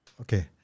Okay